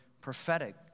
prophetic